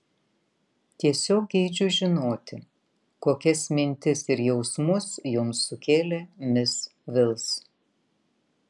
tiesiog geidžiu žinoti kokias mintis ir jausmus jums sukėlė mis vils